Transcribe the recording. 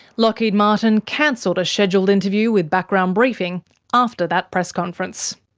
lockheed martin cancelled a scheduled interview with background briefing after that press conference.